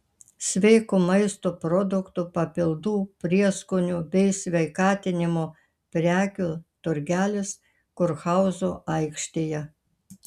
sveiko maisto produktų papildų prieskonių bei sveikatinimo prekių turgelis kurhauzo aikštėje